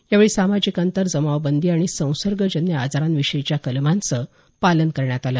यावेळी सामाजिक अंतर जमाव बंदी आणि संसर्गजन्य आजारांविषयीच्या कलमांचं पालन करण्यात आलं